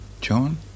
John